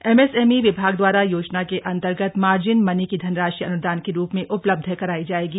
MSME विभाग द्वारा योजना के अन्तर्गत मार्जिन मनी की धनराशि अन्दान के रूप में उपलब्ध कराई जायेगी